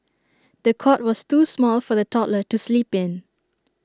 the cot was too small for the toddler to sleep in